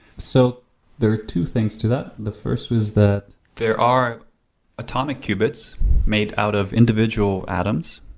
so there are two things to that. the first was that there are atomic qubits made out of individual atoms,